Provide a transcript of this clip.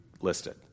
listed